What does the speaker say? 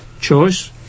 choice